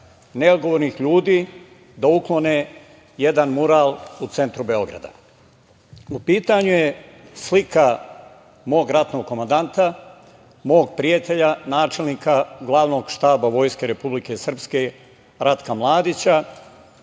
neodgovornih ljudi da uklone jedan mural u centru Beograda. U pitanju je slika mog ratnog komandanta, mog prijatelja, načelnika Glavnog štaba Vojske Republike Srpske Ratka Mladića,